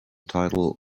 title